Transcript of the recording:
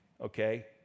okay